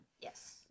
yes